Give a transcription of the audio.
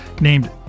named